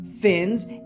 fins